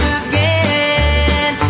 again